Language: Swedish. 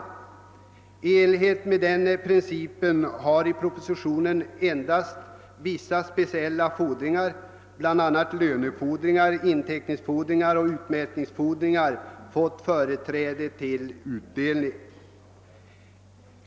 I enlighet med den principen har i propositionen endast vissa speciella fordringar, bl.a. lönefordringar, inteckningsfordringar och utmätningsfordringar, fått företräde till utdelning.